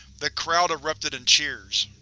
the crowd erupted in cheers.